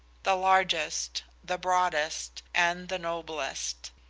the largest, the broadest, and the noblest